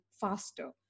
faster